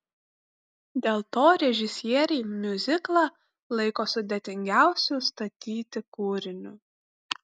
dėl to režisieriai miuziklą laiko sudėtingiausiu statyti kūriniu